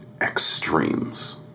extremes